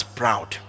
proud